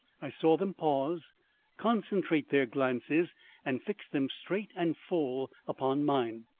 i saw them pause concentrate their glances and fix them straight and full upon mine.